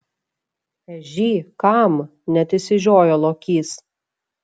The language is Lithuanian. ežy kam net išsižiojo lokys